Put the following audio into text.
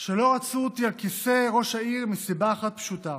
שלא רצו אותי על כיסא ראש העיר מסיבה אחת פשוטה: